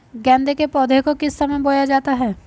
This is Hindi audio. गेंदे के पौधे को किस समय बोया जाता है?